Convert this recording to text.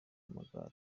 amagare